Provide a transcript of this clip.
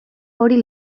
hori